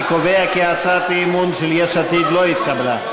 אני קובע כי הצעת האי-אמון של יש עתיד לא התקבלה.